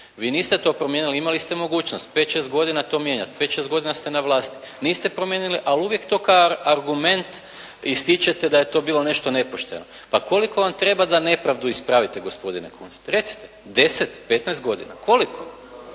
Vi niste to promijenili. Imali ste mogućnost pet, šest godina to mijenjati. Pet, šest godina ste na vlasti. Niste promijenili, ali uvijek to kao argument ističete da je to bilo nešto nepošteno. Pa koliko vam treba da nepravdu ispravite gospodine Kunst? Recite? 10, 15 godina? Koliko?